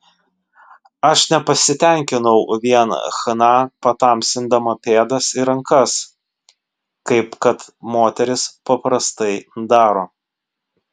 aš nepasitenkinau vien chna patamsindama pėdas ir rankas kaip kad moterys paprastai daro